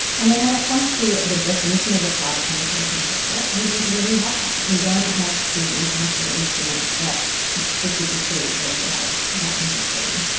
and then when it comes to the definition of a private military contractor, we really have one. we don't have key international instruments that specifically regulate that industry.